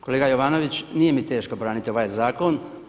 Kolega Jovanović, nije mi teško braniti ovaj zakon.